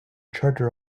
charter